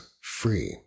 free